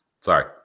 sorry